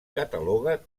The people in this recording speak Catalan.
cataloga